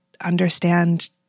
understand